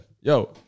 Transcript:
Yo